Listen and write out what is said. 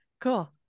Cool